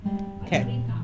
Okay